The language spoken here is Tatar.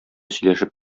сөйләшеп